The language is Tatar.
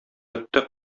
бетте